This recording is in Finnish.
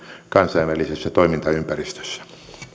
kansainvälisessä toimintaympäristössä